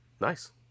nice